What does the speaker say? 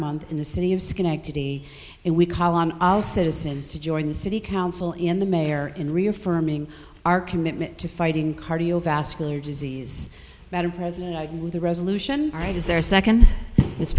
month in the city of schenectady and we call on all citizens to join the city council in the mayor in reaffirming our commitment to fighting cardiovascular disease better president with a resolution all right is there a second is